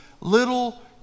little